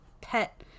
pet